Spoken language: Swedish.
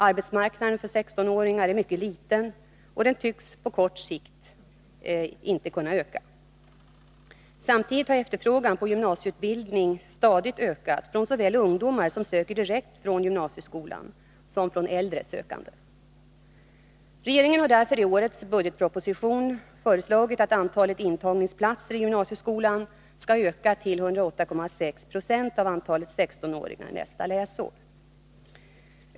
Arbetsmarknaden för 16-åringar är mycket liten, och den tycks på kort sikt inte kunna öka. Samtidigt har efterfrågan på gymnasieutbildning stadigt ökat såväl från ungdomar, som söker direkt från gymnasieskolan, som från äldre sökande. Regeringen har därför i årets budgetproposition föreslagit att antalet intagningsplatser i gymnasieskolan skall utökas till 108,6 20 av antalet 16-åringar nästa läsår.